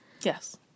Yes